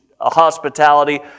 hospitality